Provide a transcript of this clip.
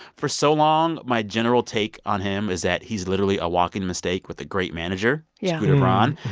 for so long my general take on him is that he's literally a walking mistake with a great manager, yeah scooter braun.